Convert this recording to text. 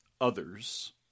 others